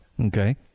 Okay